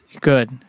Good